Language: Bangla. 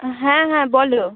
হ্যাঁ হ্যাঁ বলো